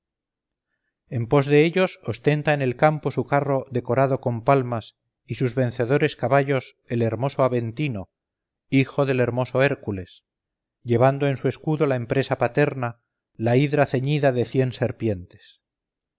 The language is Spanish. en pos de ellos ostenta en el campo su carro decorado con palmas y sus vencedores caballos el hermoso aventino hijo del hermoso hércules llevando en su escudo la empresa paterna la hidra ceñida de cien serpientes